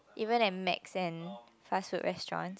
even and Macs and fast food restaurants